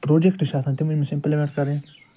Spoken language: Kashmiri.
پرٛوجٮ۪کٹہٕ چھِ آسان تِم یِم أمِس امپُلِمٮ۪نٛٹ کَرٕنۍ